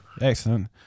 Excellent